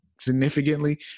significantly